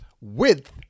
width